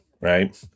right